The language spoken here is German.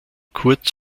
kurz